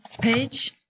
page